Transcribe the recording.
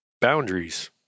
boundaries